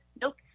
nope